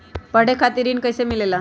पढे खातीर ऋण कईसे मिले ला?